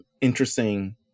Interesting